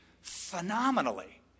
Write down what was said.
phenomenally